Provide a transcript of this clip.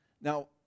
Now